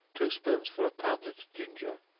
two spoonsful of pounded ginger,